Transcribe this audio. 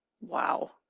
Wow